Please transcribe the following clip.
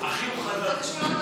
החיוך חזר.